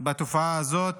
בתופעה הזאת,